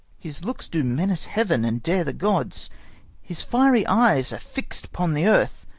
his looks do menace heaven and dare the gods his fiery eyes are fix'd upon the earth,